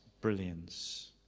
brilliance